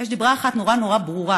יש דיבר אחד נורא נורא ברור,